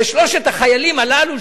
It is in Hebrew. ושלושת החיילים הללו,